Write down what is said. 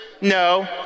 No